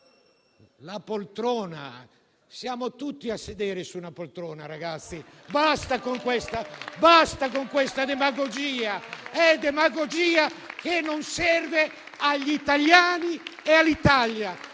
La poltrona? Siamo tutti a sedere su una poltrona, ragazzi, basta con questa demagogia. È demagogia, che non serve agli italiani e all'Italia.